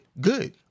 Good